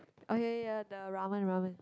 okay ya the ramen ramen